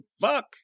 fuck